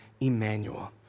Emmanuel